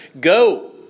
Go